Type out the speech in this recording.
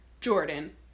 jordan